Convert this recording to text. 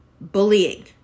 bullying